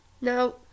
Now